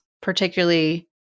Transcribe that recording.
particularly